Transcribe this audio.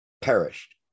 perished